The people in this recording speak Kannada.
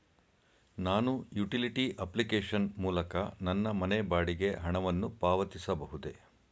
ನಾನು ಯುಟಿಲಿಟಿ ಅಪ್ಲಿಕೇಶನ್ ಮೂಲಕ ನನ್ನ ಮನೆ ಬಾಡಿಗೆ ಹಣವನ್ನು ಪಾವತಿಸಬಹುದೇ?